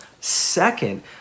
Second